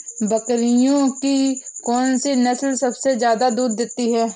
बकरियों की कौन सी नस्ल सबसे ज्यादा दूध देती है?